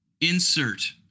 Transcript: insert